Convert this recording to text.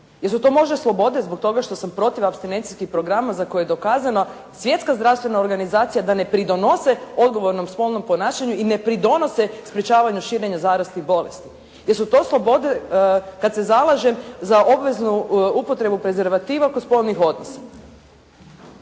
Jesu to možda slobode zbog toga što sam protiv apstinencijskih programa za koje je dokazala Svjetska zdravstvena organizacija da ne pridonose odgovornom spolnom ponašanju i ne pridonose sprječavanju širenja zaraznih bolesti? Jesu to slobode kad se zalažem za obveznu upotrebu prezervativa kod spolnih odnosa